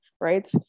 right